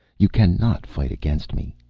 you cannot fight against me.